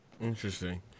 Interesting